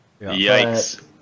Yikes